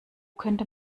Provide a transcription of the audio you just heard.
könnte